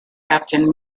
captain